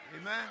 Amen